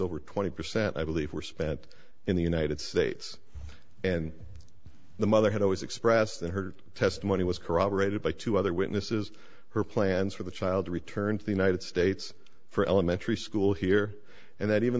over twenty percent i believe were spent in the united states and the mother had always expressed that her testimony was corroborated by two other witnesses her plans for the child to return to the united states for elementary school here and that even